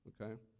okay